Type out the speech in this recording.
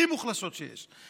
הכי מוחלשות שיש.